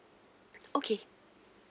okay